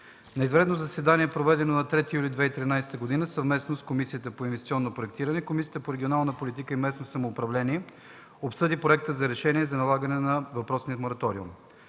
На извънредно заседание, проведено на 3 юли 2013 г. съвместно с Комисията по инвестиционно проектиране, Комисията по регионална политика и местно самоуправление обсъди проекта за решение за налагане на въпросния мораториум.